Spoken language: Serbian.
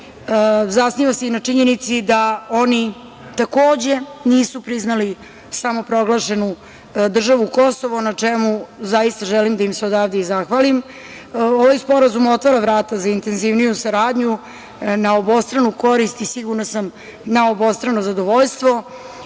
Zasniva se i na činjenici da oni takođe nisu priznali samoproglašenu državu Kosovo, a na čemu zaista želim da im se odavde i zahvalim. Ovaj Sporazum otvara vrata za intenzivniju saradnju na obostranu korist i, sigurna sam, na obostrano zadovoljstvo. Iz